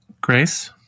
Grace